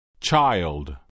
child